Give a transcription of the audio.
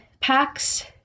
packs